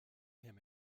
him